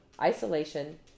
isolation